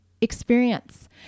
experience